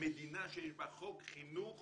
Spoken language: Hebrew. - במדינה שיש בה חוק חינוך